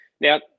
Now